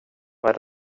vad